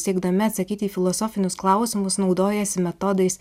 siekdami atsakyti į filosofinius klausimus naudojasi metodais